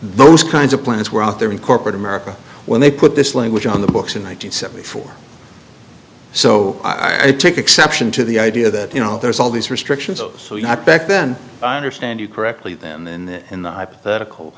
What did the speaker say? those kinds of plans were out there in corporate america when they put this language on the books in one nine hundred seventy four so i take exception to the idea that you know there's all these restrictions on so you have back then i understand you correctly then in the hypothetical